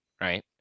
Right